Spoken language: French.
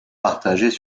partagés